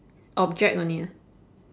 object only ah